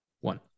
one